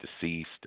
deceased